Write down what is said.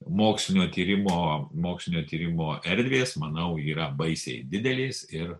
mokslinio tyrimo mokslinio tyrimo erdvės manau yra baisiai didelės ir